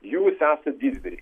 jūs esat didvyriai